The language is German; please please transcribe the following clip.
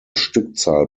stückzahl